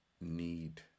need